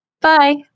Bye